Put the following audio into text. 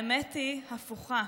האמת היא הפוכה: